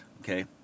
okay